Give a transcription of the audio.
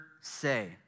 say